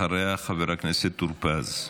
אחריה, חבר הכנסת טור פז.